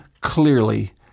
clearly